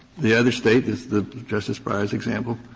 the other state is the justice breyer's example,